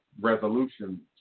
resolution